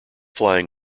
flying